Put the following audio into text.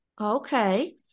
Okay